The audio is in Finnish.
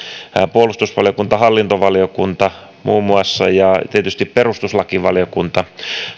puolustusvaliokunta hallintovaliokunta muun muassa ja tietysti perustuslakivaliokunta